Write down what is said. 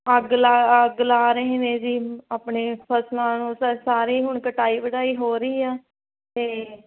ਅੱਗ ਲਾ ਅੱਗ ਲਾ ਰਹੇ ਨੇ ਜੀ ਆਪਣੇ ਫਸਲਾਂ ਨੂੰ ਸ ਸਾਰੇ ਹੁਣ ਕਟਾਈ ਵਢਾਈ ਹੋ ਰਹੀ ਆ ਅਤੇ